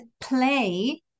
play